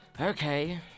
Okay